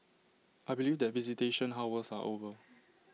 I believe that visitation hours are over